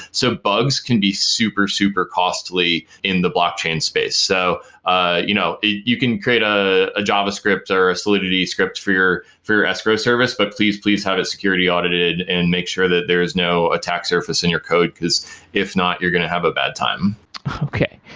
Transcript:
so bugs can be super super costly in the blockchain space. so ah you know, you can create ah a javascript or a solidity script for your for your escrow service but please please have it security audited and make sure that there is no attack surface in your code because if not, you're going to have a bad time okay.